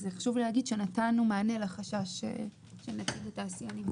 חשוב להגיד שנתנו מענה לחשש של נציג התעשיינים.